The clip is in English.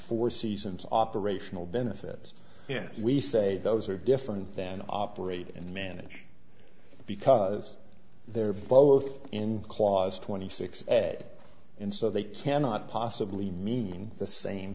four seasons operational benefit yes we say those are different than operate and manage because they're both in clause twenty six and so they cannot possibly mean the same